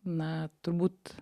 na turbūt